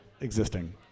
existing